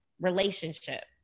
relationship